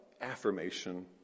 affirmation